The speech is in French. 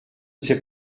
sais